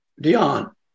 Dion